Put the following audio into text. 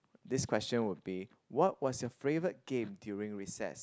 this question would be what was your favourite game during recess